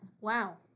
Wow